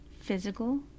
physical